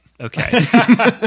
Okay